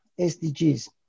SDGs